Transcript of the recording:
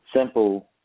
simple